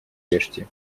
лешти